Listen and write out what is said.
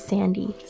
Sandy